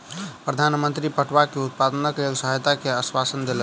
प्रधान मंत्री पटुआ के उत्पादनक लेल सहायता के आश्वासन देलैन